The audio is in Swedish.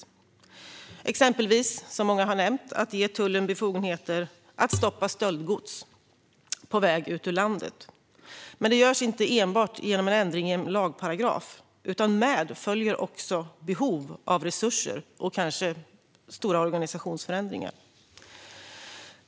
Som många har nämnt handlar det exempelvis om att ge tullen befogenheter att stoppa stöldgods på väg ut ur landet. Men det görs inte enbart genom en ändring i en lagparagraf, utan med detta följer även behov av resurser och kanske stora organisationsförändringar.